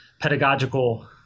pedagogical